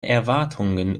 erwartungen